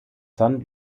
san